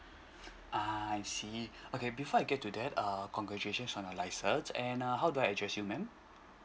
ah I see okay before I get to that uh congratulations for your license and uh how do I address you ma'am